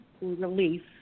relief